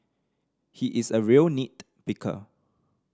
he is a real nit picker